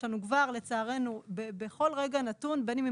יש לנו כבר לצערנו בכל רגע נתון בין אם הם